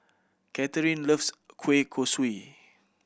Katharine loves kueh kosui